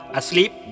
asleep